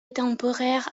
temporaire